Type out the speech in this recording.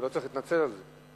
אתה לא צריך להתנצל על זה.